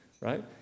right